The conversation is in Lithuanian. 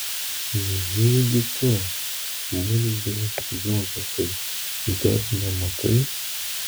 nejaugi tu murziau jozefai dar nematai